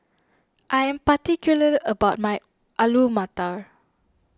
I am particular about my Alu Matar